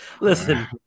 Listen